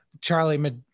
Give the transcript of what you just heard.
Charlie